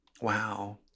Wow